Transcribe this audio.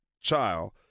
child